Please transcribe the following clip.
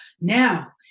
Now